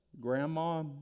grandma